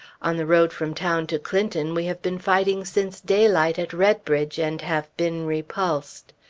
on the road from town to clinton, we have been fighting since daylight at readbridge, and have been repulsed.